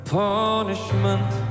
punishment